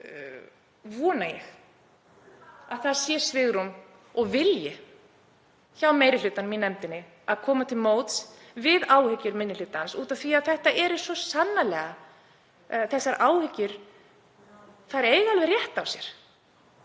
vegna vona ég að það sé svigrúm og vilji hjá meiri hlutanum í nefndinni til að koma til móts við áhyggjur minni hlutans, af því að þetta eru svo sannarlega áhyggjur sem eiga rétt á sér.